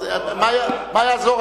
אז מה יעזור,